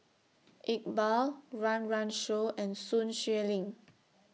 Iqbal Run Run Shaw and Sun Xueling